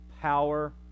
power